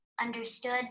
understood